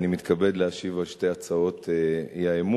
אני מתכבד להשיב על שתי הצעות האי-אמון,